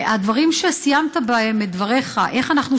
הדברים שסיימת בהם את דבריך הם איך אנחנו